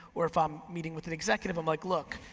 or if i'm meeting with an executive, i'm like, look,